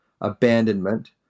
abandonment